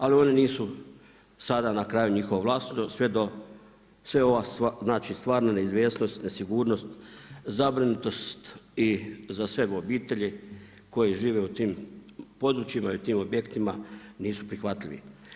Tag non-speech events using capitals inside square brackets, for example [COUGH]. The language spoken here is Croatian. Ali oni nisu sada na kraju njihovo … [UNINTELLIGIBLE] sva ova stvarna neizvjesnost, nesigurnost, zabrinutost i za sve obitelji koje žive u tim područjima i tim objektima nisu prihvatljivi.